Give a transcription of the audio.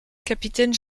capitaine